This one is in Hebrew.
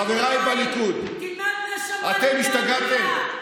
חבריי בליכוד, אתם השתגעתם?